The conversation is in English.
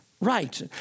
right